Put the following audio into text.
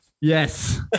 Yes